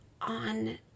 on